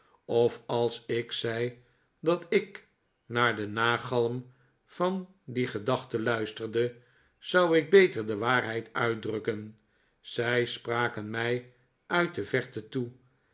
of als ik zei dat ik naar den nagalm van die gedachten luisterde zou ik beter de waarheid uitdrukken zij spraken mij uit de verte toe